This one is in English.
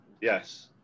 Yes